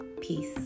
Peace